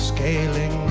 Scaling